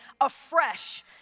afresh